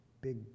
big